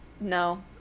no